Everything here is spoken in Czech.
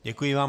Děkuji vám.